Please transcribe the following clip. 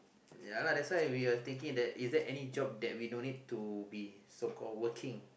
yeah lah that's why we were thinking that is there any job that we no need to be so called working